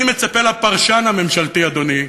אני מצפה מהפרשן הממשלתי, אדוני,